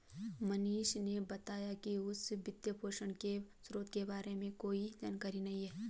मोहनीश ने बताया कि उसे वित्तपोषण के स्रोतों के बारे में कोई जानकारी नही है